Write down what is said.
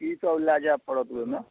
की सब लए जाय पड़त ओहिमे